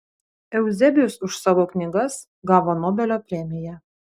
euzebijus už savo knygas gavo nobelio premiją